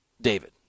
David